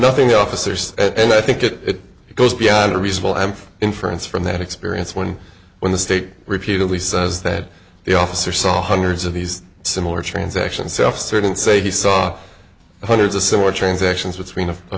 nothing officers and i think it goes beyond a reasonable and inference from that experience when when the state repeatedly says that the officer saw hundreds of these similar transactions selfserving say he saw hundreds of similar transactions